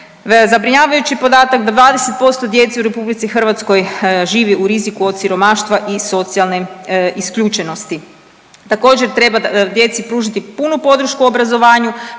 zabrinjavajući je podatak da 20% djece u RH živi u riziku od siromaštva i socijalne isključenosti. Također treba djeci pružiti punu podršku u obrazovanju,